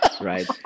right